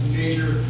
major